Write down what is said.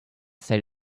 state